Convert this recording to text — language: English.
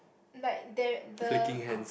like there the